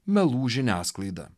melų žiniasklaida